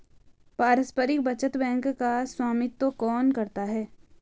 पारस्परिक बचत बैंक का स्वामित्व कौन करता है?